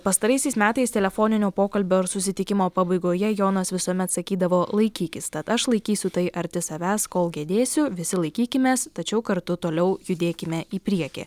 pastaraisiais metais telefoninio pokalbio ar susitikimo pabaigoje jonas visuomet sakydavo laikykis tad aš laikysiu tai arti savęs kol gedėsiu visi laikykimės tačiau kartu toliau judėkime į priekį